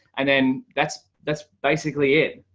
and then that's that's basically it.